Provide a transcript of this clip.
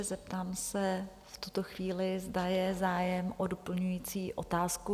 Zeptám se v tuto chvíli, zda je zájem o doplňující otázku?